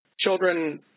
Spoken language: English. Children